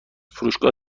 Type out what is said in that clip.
فروشگاه